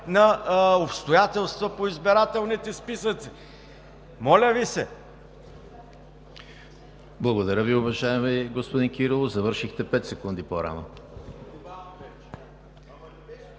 на обстоятелства по избирателните списъци. Моля Ви се!